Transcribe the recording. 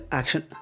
action